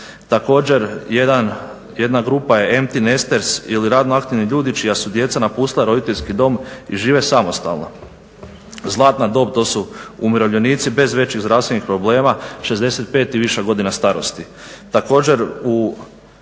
Također jedna grupa je Empty nesters ili radno aktivni ljudi čija su djeca napustila roditeljski dom i žive samostalno. Zlatna dob to su umirovljenici bez većih zdravstvenih problema 65 i više godina starosti.